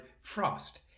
Frost